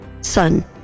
Son